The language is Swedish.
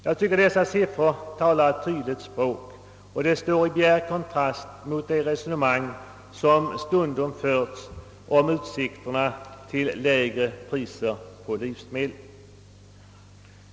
Jag tycker dessa siffror talar ett tydligt språk, och de står i bjärt kontrast till det resonemang som stundom förts om utsikterna till lägre priser på livsmedel.